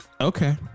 okay